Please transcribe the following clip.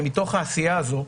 שמתוך העשייה הזאת,